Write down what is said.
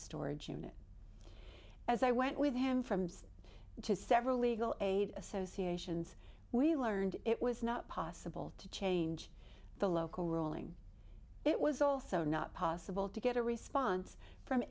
storage unit as i went with him from to several legal aid associations we learned it was not possible to change the local ruling it was also not possible to get a response from